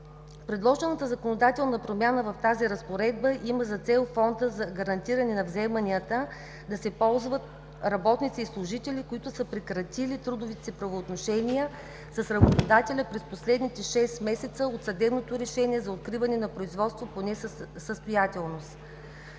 Предложената законодателна промяна в тази разпоредба има за цел от Фонда за гарантиране на вземанията да се ползват работници и служители, които са прекратили трудовите си правоотношения с работодателя през последните шест месеца от съдебното решение за откриване на производство по несъстоятелност.